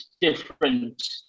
different